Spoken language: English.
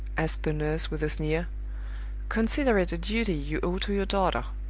asked the nurse, with a sneer consider it a duty you owe to your daughter.